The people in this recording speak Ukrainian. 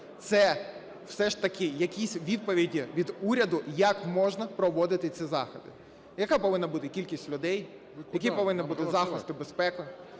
Це все ж таки якісь відповіді від уряду, як можна проводити ці заходи: яка повинна бути кількість людей, які повинні бути захисти безпеки,